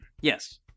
Yes